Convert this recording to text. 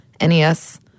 NES